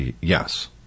yes